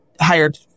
hired